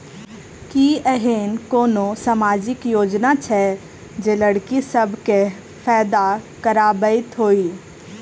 की एहेन कोनो सामाजिक योजना छै जे लड़की सब केँ फैदा कराबैत होइ?